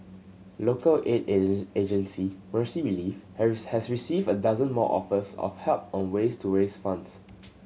local aid agency Mercy Relief has received a dozen more offers of help on ways to raise funds